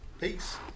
Peace